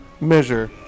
measure